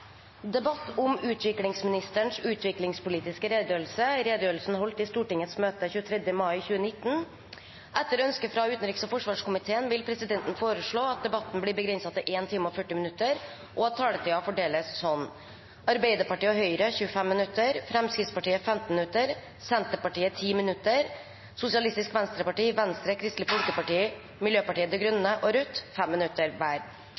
forsvarskomiteen vil presidenten foreslå at debatten blir begrenset til 1 time og 40 minutter, og at taletiden fordeles slik: Arbeiderpartiet og Høyre 25 minutter, Fremskrittspartiet 15 minutter, Senterpartiet 10 minutter, Sosialistisk Venstreparti, Venstre, Kristelig Folkeparti, Miljøpartiet De Grønne og Rødt 5 minutter hver.